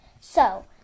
So